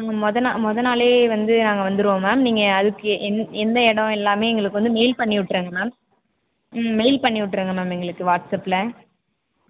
ம் மொதல் மொதல் நாளே வந்து நாங்க வந்துடுவோம் மேம் நீங்கள் அதுக்கு என்ன எந்த இடம் எல்லாம் எங்களுக்கு வந்து மெயில் பண்ணிவிட்ருங்க மேம் ம் மெயில் பண்ணிவிட்ருங்க மேம் எங்களுக்கு வாட்ஸ்ஆப்பில்